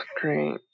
great